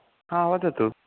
हा वदतु